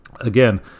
again